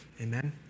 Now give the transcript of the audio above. Amen